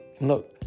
Look